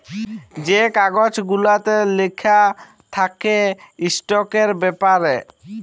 যে কাগজ গুলাতে লিখা থ্যাকে ইস্টকের ব্যাপারে